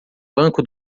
banco